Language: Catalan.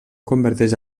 converteix